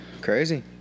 crazy